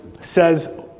says